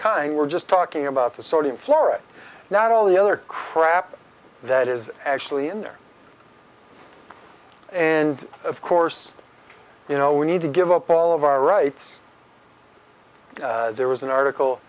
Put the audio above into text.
kind we're just talking about the sodium chloride not all the other crap that is actually in there and of course you know we need to give up all of our rights there was an article